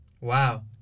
Wow